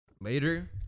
later